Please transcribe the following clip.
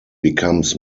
becomes